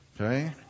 Okay